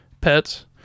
pets